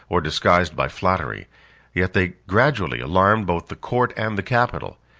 or disguised by flattery yet they gradually alarmed both the court and the capital.